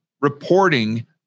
reporting